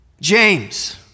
James